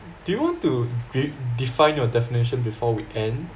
due to dri~ define your definition before we end